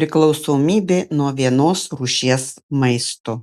priklausomybė nuo vienos rūšies maisto